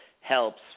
helps